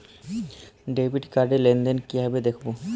Debit card র লেনদেন কিভাবে দেখবো?